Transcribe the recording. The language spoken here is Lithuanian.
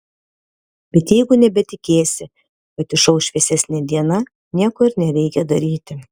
bet jeigu nebetikėsi kad išauš šviesesnė diena nieko ir nereikia daryti